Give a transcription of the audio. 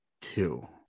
two